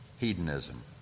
Hedonism